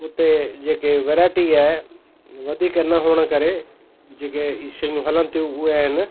उते जेके वैरायटी आहे वधीक न हुअण करे जेके ई शयूं हलनि थियूं उहे आहिनि